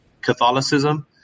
Catholicism